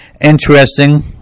interesting